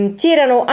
c'erano